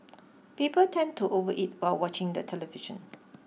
people tend to overeat while watching the television